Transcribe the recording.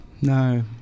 No